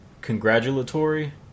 congratulatory